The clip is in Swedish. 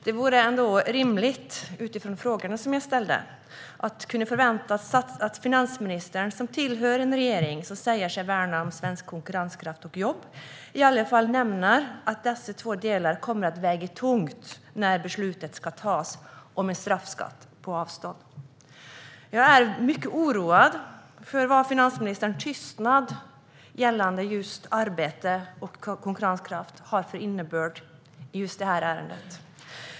Men det är ändå rimligt, utifrån frågorna jag ställt, att förvänta sig att finansministern, som tillhör en regering som säger sig värna om svensk konkurrenskraft och jobb, i alla fall skulle nämna att dessa två delar kommer att väga tungt när beslutet ska fattas om en straffskatt på avstånd. Jag är mycket oroad över vad finansministerns tystnad gällande just arbete och konkurrenskraft betyder i det här ärendet.